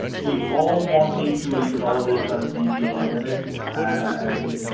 you all want me to install this on debian linux. and